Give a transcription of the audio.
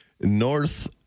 north